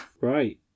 Right